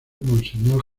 monseñor